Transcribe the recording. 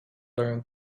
learned